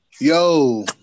Yo